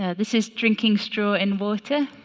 ah this is drinking straw in water